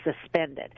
suspended